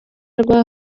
rwa